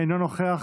אינו נוכח.